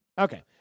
Okay